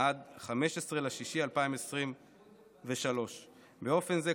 עד 15 ביוני 2023. באופן זה,